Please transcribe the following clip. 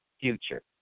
future